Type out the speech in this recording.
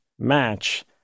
match